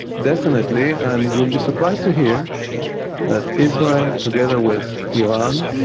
definitely, and you'll be surprised to hear that israel, together with iran,